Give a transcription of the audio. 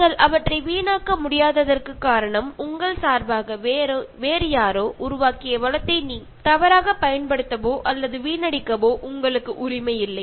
நீங்கள் அவற்றை வீணாக்க முடியாததற்குக் காரணம் உங்கள் சார்பாக வேறு யாரோ உருவாக்கிய வளத்தை தவறாகப் பயன்படுத்தவோ அல்லது வீணடிக்கவோ உங்களுக்கு உரிமை இல்லை